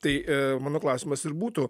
tai e mano klausimas ir būtų